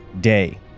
day